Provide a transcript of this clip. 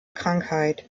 krankheit